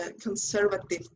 conservative